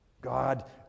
God